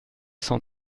cent